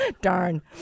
Darn